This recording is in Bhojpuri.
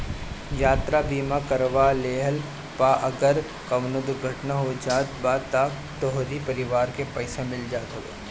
यात्रा बीमा करवा लेहला पअ अगर कवनो दुर्घटना हो जात बा तअ तोहरी परिवार के पईसा मिल जात हवे